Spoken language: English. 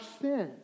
sin